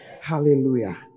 Hallelujah